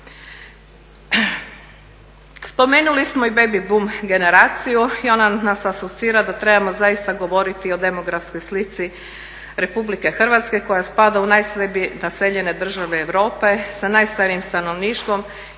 Spomenuli smo i baby boom generaciju i ona nas asocira da trebamo zaista govoriti o demografskoj slici RH koja spada u najslabije naseljene države Europe sa najstarijim stanovništvom